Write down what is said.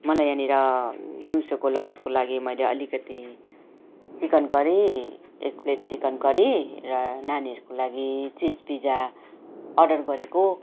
मलाई यहाँनिर दिउँसोको लन्चको लागि मैले अलिकति चिकन करी एक प्लेट चिकन करी र नानीहरूको लागि चिज पिजा अर्डर गरेको